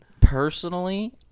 Personally